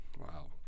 Wow